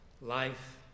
life